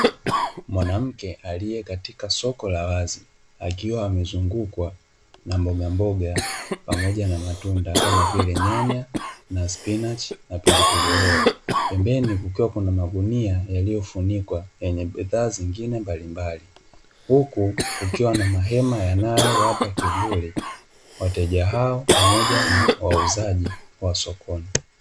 Mwanamke aliye katika soko la wazi, akiwa amezungukwa na mbogamboga pamoja na matunda kama vile nyanya na spinachi na pilipili hoho. Pembeni kukiwa kuna magunia yaliyofunikwa yenye bidhaa zingine mbalimbali. Huku kukiwa na mahema yanayowapa kivuli wateja hao, pamoja na wauzaji wa sokoni.